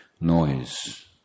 noise